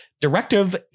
Directive